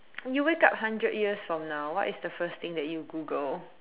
you wake up hundred years from now what is the first thing that you Google